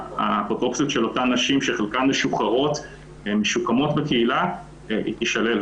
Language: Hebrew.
אז האפוטרופסות של אותן נשים שחלקן משוחררות ומשוקמות בקהילה תישלל,